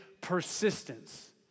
persistence